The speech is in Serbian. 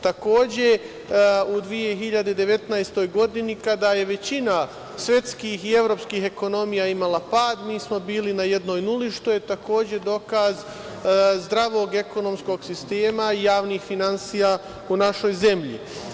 Takođe, u 2019. godini, kada je većina svetskih i evropskih ekonomija imala pad, mi smo bili na jednoj nuli, što je takođe dokaz zdravog ekonomskog sistema i javnih finansija u našoj zemlji.